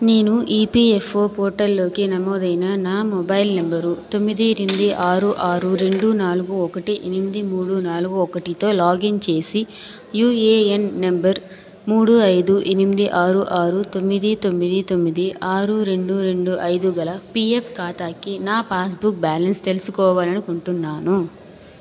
నేను ఈపిఎఫ్ఓ పోర్టల్లో నమోదైన నా మొబైల్ నంబరు తొమ్మిది ఎనిమిది ఆరు ఆరు రెండు నాలుగు ఒకటి ఎనిమిది మూడు నాలుగు ఒకటితో లాగిన్ చేసి యుఏఎన్ నంబర్ మూడు ఐదు ఎనిమిది ఆరు ఆరు తొమ్మిది తొమ్మిది తొమ్మిది ఆరు రెండు రెండు ఐదు గల పిఎఫ్ ఖాతాకి నా పాస్బుక్ బ్యాలెన్స్ తెలుసుకోవాలని అనుకుంటున్నాను